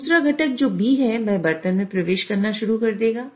दूसरा घटक जो B है वह बर्तन में प्रवेश करना शुरू कर देगा